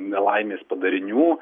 nelaimės padarinių